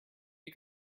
you